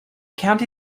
county